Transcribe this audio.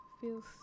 feels